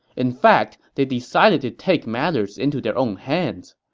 in fact, they decided to take matters into their own hands.